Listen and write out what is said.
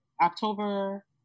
October